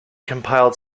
compiled